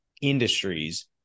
industries